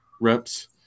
reps –